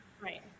Right